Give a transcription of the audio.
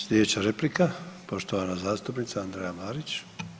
Sljedeća replika poštovana zastupnica Andreja Marić.